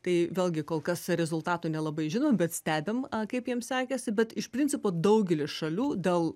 tai vėlgi kol kas rezultatų nelabai žinom bet stebim kaip jiems sekėsi bet iš principo daugelis šalių dėl